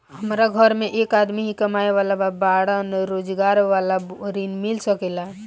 हमरा घर में एक आदमी ही कमाए वाला बाड़न रोजगार वाला ऋण मिल सके ला?